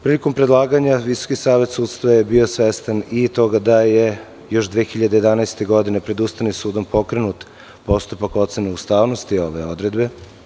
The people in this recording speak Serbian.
Prilikom predlaganja VSS je bio svestan toga da je još 2011. godine pred Ustavnim sudom pokrenut postupak ocene ustavnosti ove odredbe.